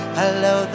hello